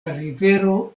rivero